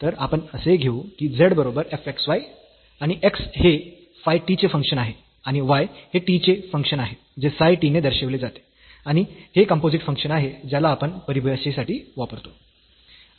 तर आपण असे घेऊ की z बरोबर f x y आणि x हे फाय t चे फंक्शन आहे आणि y हे t चे फंक्शन आहे जे साय t ने दर्शविले जाते आणि हे कम्पोझिट फंक्शन आहे ज्याला आपण परिभाषेसाठी वापरतो